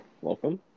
Welcome